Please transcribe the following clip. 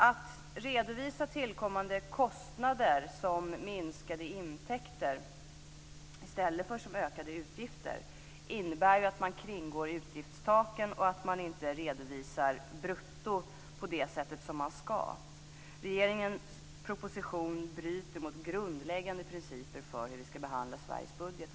Att redovisa tillkommande kostnader som minskade intäkter i stället för som ökade utgifter innebär att man kringgår utgiftstaken och att man inte redovisar brutto på det sätt som man ska. Regeringens proposition bryter mot grundläggande principer för hur vi ska behandla Sveriges budget.